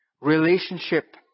Relationship